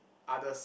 others